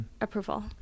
approval